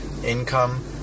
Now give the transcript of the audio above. Income